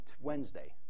Wednesday